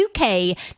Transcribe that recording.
UK